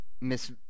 Miss